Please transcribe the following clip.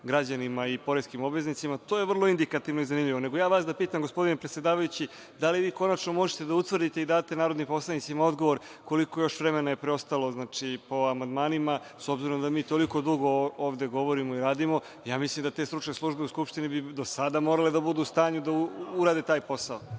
građanima i poreskim obveznicima. To je vrlo indikativno i zanimljivo. Nego, da vas pitam, gospodine predsedavajući, da li vi konačno možete da utvrdite i date narodnim poslanicima odgovor koliko je još vremena preostalo po amandmanima? S obzirom da mi toliko dugo ovde govorimo i radimo, mislim da bi te stručne službe u Skupštini do sada morale da budu u stanju da urade taj posao.